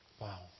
Wow